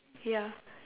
ya